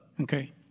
Okay